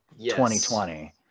2020